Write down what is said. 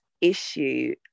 issue